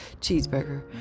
cheeseburger